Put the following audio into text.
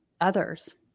others